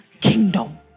kingdom